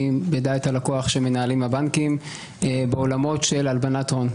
בדע את הלקוח שמנהלים הבנקים בעולמות של הלבנת הון.